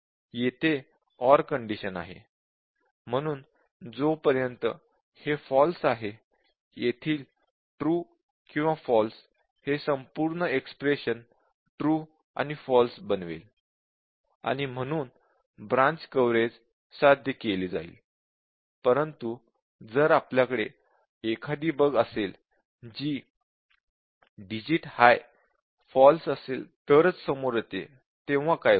येथे OR condition आहे म्हणून जोपर्यंत हे फॉल्स आहे येथील ट्रू किंवा फॉल्स हे संपूर्ण एक्स्प्रेशन ट्रू आणि फॉल्स बनवेल आणि म्हणून ब्रांच कव्हरेज साध्य केले जाईल परंतु जर आपल्याकडे एखादी बग असेल जी digit high फॉल्स असेल तरच समोर येते तेव्हा काय होईल